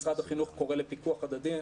משרד החינוך קורא לפיקוח הדדי,